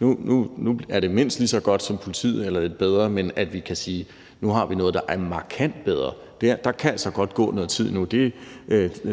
nu er det mindst lige så godt som politiet eller lidt bedre, men at vi kan sige, at nu har vi noget, der er markant bedre, kan der godt gå noget tid endnu.